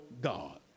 God